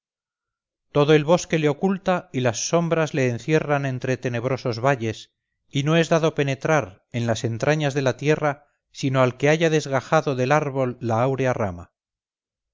todo el bosque le oculta y las sombras le encierran entre tenebrosos valles y no es dado penetrar en las entrañas de la tierra sino al que haya desgajado del árbol la áurea rama